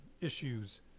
issues